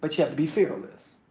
but yeah but be fearless.